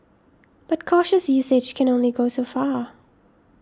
but cautious usage can only go so far